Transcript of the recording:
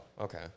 Okay